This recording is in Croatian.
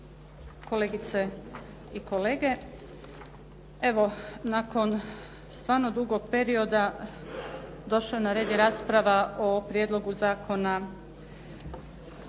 kolegice i kolege. Evo nakon stvarno dugog perioda došla je na red i rasprava o Prijedlogu zakona